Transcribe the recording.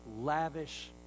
lavish